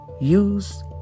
use